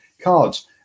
cards